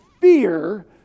fear